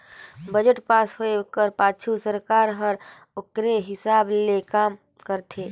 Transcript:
budget pass होए कर पाछू सरकार हर ओकरे हिसाब ले काम करथे